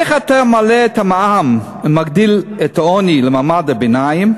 איך אתה מעלה את המע"מ ומגדיל את העוני למעמד הביניים?